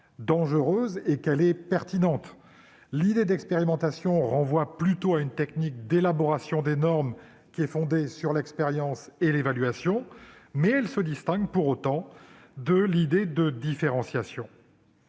dangereuse et qu'elle est pertinente. Ainsi, l'idée d'expérimentation renvoie plutôt à une technique d'élaboration des normes fondée sur l'expérience et sur l'évaluation ; elle se distingue donc de la différenciation.